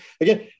again